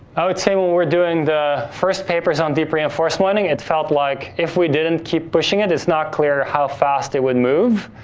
i would say when we were doing the first papers on deep reinforcement learning, it felt like if we didn't keep pushing it, it's not clear how fast it would move.